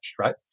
right